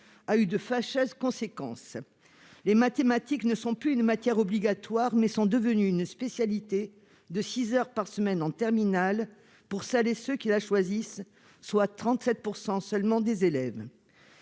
a eu de fâcheuses conséquences : les mathématiques ne sont plus une matière obligatoire, mais une spécialité de six heures par semaine en terminale pour celles et ceux qui la choisissent, soit 37 % seulement des élèves.